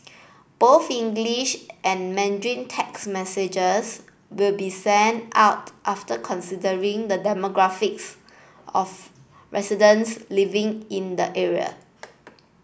both English and Mandarin text messages will be sent out after considering the demographics of residents living in the area